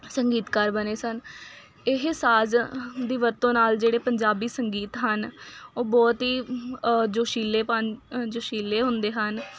ਸੰਗੀਤਕਾਰ ਬਣੇ ਸਨ ਇਹ ਸਾਜ ਦੀ ਵਰਤੋਂ ਨਾਲ ਜਿਹੜੇ ਪੰਜਾਬੀ ਸੰਗੀਤ ਹਨ ਉਹ ਬਹੁਤ ਹੀ ਜੋਸ਼ੀਲੇ ਪਨ ਜੋਸ਼ੀਲੇ ਹੁੰਦੇ ਹਨ